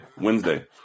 Wednesday